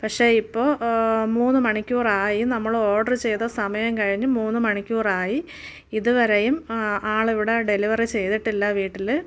പക്ഷേ ഇപ്പോൾ മൂന്ന് മണിക്കൂറായി നമ്മൾ ഓര്ഡര് ചെയ്ത സമയം കഴിഞ്ഞു മൂന്ന് മണിക്കൂറായി ഇതുവരെയും ആൾ ഇവിടെ ഡെലിവറി ചെയ്തിട്ടില്ല വീട്ടിൽ